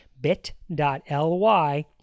bit.ly